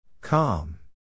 Calm